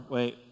Wait